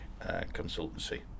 consultancy